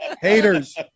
Haters